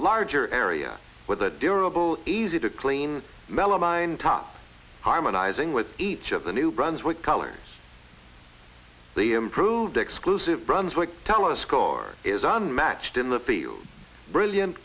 larger area with a durable easy to clean mellow mine top harmonizing with each of the new brunswick colors the improved exclusive brunswick telescope or is unmatched in the field brilliant